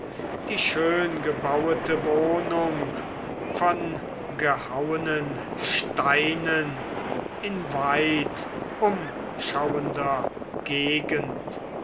die schöngebauete wohnung von gehauenen steinen in weitumschauender gegend